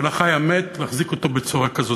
של החי-המת, להחזיק אותו בצורה כזאת?